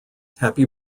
happy